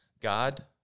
God